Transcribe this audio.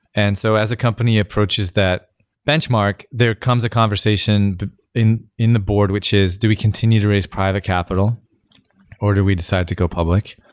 and so, as a company approaches that benchmark, there comes a conversation in in the board which is do we continue to raise private capital or do we decide to go public?